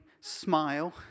smile